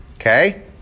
Okay